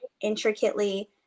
intricately